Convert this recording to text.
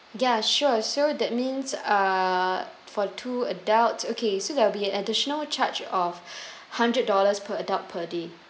ya sure so that means uh for two adults okay so there will be an additional charge of hundred dollars per adult per day